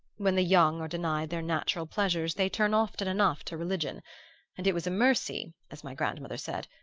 when the young are denied their natural pleasures they turn often enough to religion and it was a mercy, as my grandmother said,